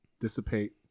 dissipate